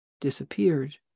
disappeared